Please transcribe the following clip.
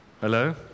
Hello